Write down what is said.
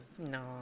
No